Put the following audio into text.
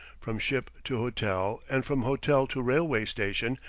from ship to hotel, and from hotel to railway-station,